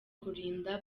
kurinda